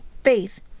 faith